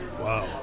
Wow